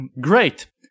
great